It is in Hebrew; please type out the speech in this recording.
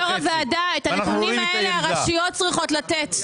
יו"ר הוועדה, את הנתונים האלה הרשויות צריכות לתת.